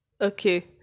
Okay